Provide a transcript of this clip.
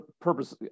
purpose